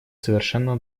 совершенно